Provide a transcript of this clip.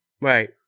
Right